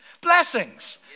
blessings